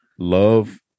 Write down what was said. love